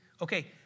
Okay